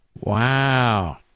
Wow